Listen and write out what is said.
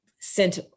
sent